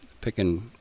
picking